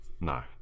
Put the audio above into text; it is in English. No